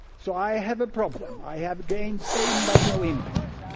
so i have a problem, i have gained fame but no impact.